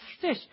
fish